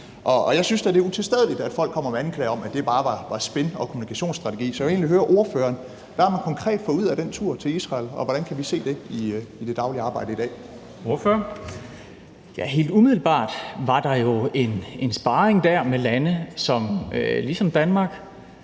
Jeg synes da, det er utilstedeligt, at folk kommer med anklager om, at det bare var spin og kommunikationsstrategi. Så jeg vil egentlig høre ordføreren, hvad man konkret har fået ud af den tur til Israel, og hvordan kan vi se det i det daglige arbejde i dag? Kl. 10:16 Formanden (Henrik Dam Kristensen):